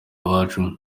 iwacu